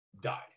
died